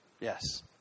yes